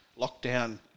lockdown